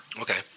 Okay